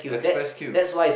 express queue